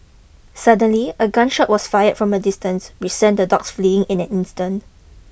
suddenly a gun shot was fired from a distance we sent the dogs fleeing in an instant